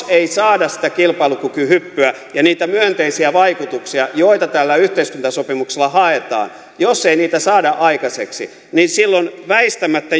ei saada sitä kilpailukykyhyppyä ja niitä myönteisiä vaikutuksia joita tällä yhteiskuntasopimuksella haetaan jos ei niitä saada aikaiseksi niin silloin väistämättä